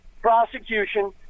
prosecution